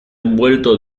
envuelto